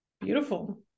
Beautiful